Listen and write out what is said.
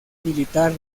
militar